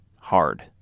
hard